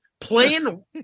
Playing